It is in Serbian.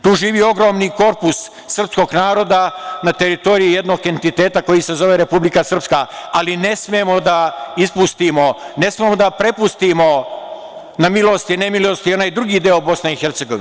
Tu živi ogromni korpus srpskog naroda na teritoriji jednog entiteta koji se zove Republika Srpska, ali ne smemo da ispustimo, ne smemo da prepustimo na milost i nemilost i onaj drugi deo BiH.